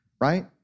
right